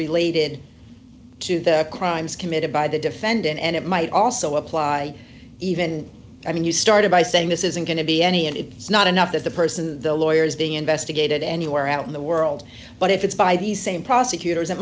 related to the crimes committed by the defendant and it might also apply even i mean you started by saying this isn't going to be any and it is not enough that the person the lawyer is being investigated anywhere around the world but if it's by the same prosecutors it